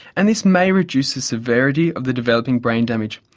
and this may reduce the severity of the developing brain damage.